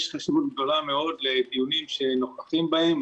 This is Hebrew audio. יש חשיבות גדולה מאוד לדיונים שנוכחים בהם,